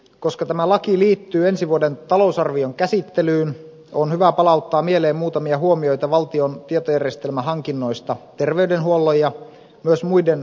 koska tämä laki liittyy ensi vuoden talousarvion käsittelyyn on hyvä palauttaa mieleen muutamia huomioita valtion tietojärjestelmähankinnoista terveydenhuollon ja myös muiden sektoreiden alueilla